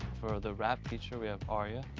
for the rap feature, we have ah ariea.